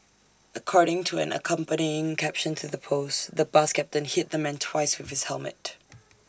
according to an accompanying caption to the post the bus captain hit the man twice with his helmet